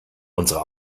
unsere